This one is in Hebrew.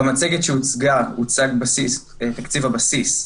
במצגת שהוצגה הוצג תקציב הבסיס,